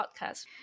podcast